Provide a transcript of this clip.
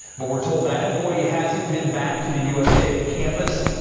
but we're told that employee hasn't been back to the usa campus.